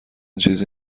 چیزی